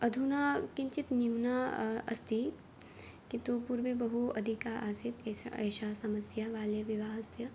अधुना किञ्चित् न्यूना अस्ति किन्तु पूर्वे बहु अधिका आसीत् एषा एषा समस्या बाल्यविवाहस्य